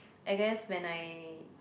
I guess when I